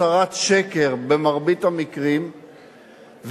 הצהרת שקר במרבית המקרים,